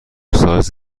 سایز